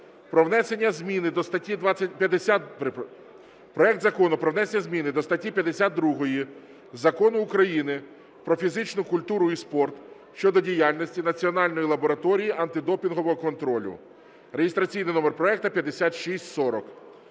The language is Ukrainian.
про внесення зміни до статті 52 Закону України "Про фізичну культуру і спорт" щодо діяльності Національної лабораторії антидопінгового контролю (реєстраційний номер проекту 5640).